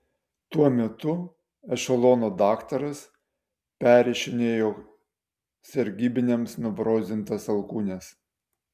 tuo metu ešelono daktaras perrišinėjo sargybiniams nubrozdintas alkūnes